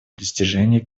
достижении